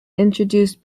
introduced